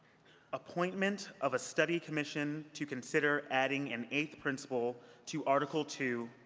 appointment of a study commission to consider adding an eighth principle to article two,